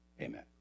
Amen